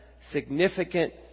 significant